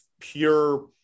pure